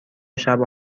شبو